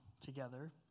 together